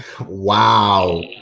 Wow